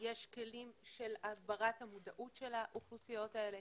יש כלים של הגברת המודעות של האוכלוסיות האלה